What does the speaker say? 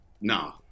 Nah